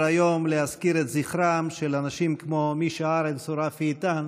להזכיר את זכרם של אנשים כמו מישה ארנס או רפי איתן,